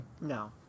No